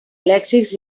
lèxics